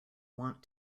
want